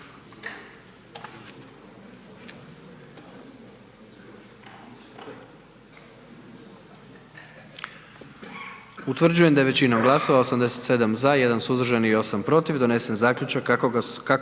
Utvrđujem da je većinom glasova 99 za i 1 suzdržani donijet zaključak kako su